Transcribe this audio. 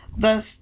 Thus